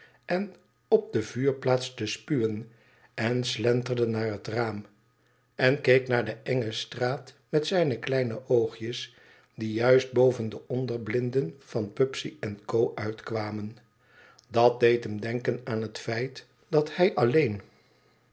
en op de vuurplaat te spuwen enslenterdenaar het raam enkeek naar de enge straat met zijne kleine oogjes die juist boven de onderblinden van pubsey en co uitkwamen dat deed hem denken aan het feit dat hij alleen